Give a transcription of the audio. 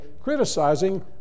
criticizing